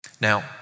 Now